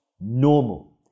normal